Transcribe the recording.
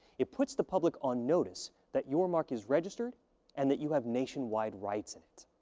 it puts the public on notice that your mark is registered and that you have nationwide rights in it.